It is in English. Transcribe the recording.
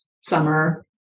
summer